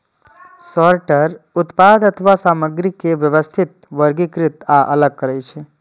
sorter उत्पाद अथवा सामग्री के व्यवस्थित, वर्गीकृत आ अलग करै छै